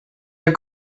your